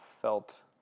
felt